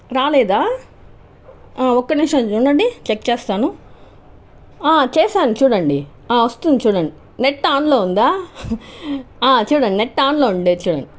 రాలేదా ఒక్క నిమిషం ఉండండి చెక్ చేస్తాను చేసాను చూడండి ఒస్తుంది చూడండి నెట్ ఆన్లో ఉందా చూడండి నెట్ ఆన్లో ఉందా చూడండి